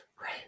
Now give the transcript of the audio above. Right